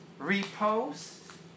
repost